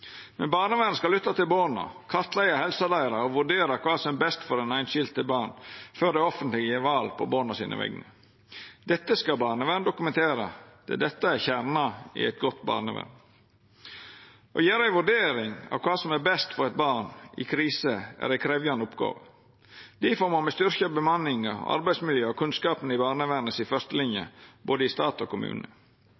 skal lytta til borna, kartleggja helsa deira og vurdera kva som er best for det einskilde barnet før det offentlege gjer val på vegner av borna. Dette skal barnevernet dokumentera. Det er dette som er kjernen i eit godt barnevern. Å gjera ei vurdering av kva som er best for eit barn i krise, er ei krevjande oppgåve. Difor må me styrkja bemanninga, arbeidsmiljøet og kunnskapen i fyrstelinja i barnevernet,